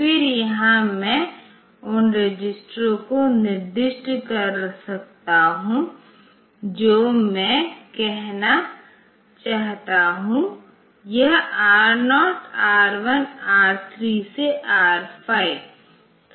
फिर यहां मैं उन रजिस्टरों को निर्दिष्ट कर सकता हूं जो मैं कहना चाहता हूं यह R0 R1 R3 से R5